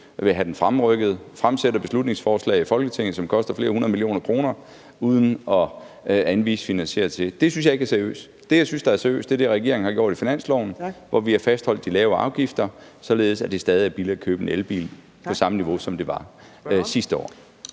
vil have den fremrykket og fremsætter beslutningsforslag i Folketinget, hvis udmøntning vil koste flere hundrede millioner kroner, uden at anvise finansiering til det. Det synes jeg ikke er seriøst. Det, jeg synes er seriøst, er det, regeringen har gjort i finansloven, hvor vi har fastholdt de lave afgifter, således at det stadig er billigt at købe en elbil, og så det er på samme niveau, som det var sidste år.